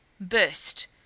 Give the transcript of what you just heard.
burst